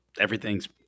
everything's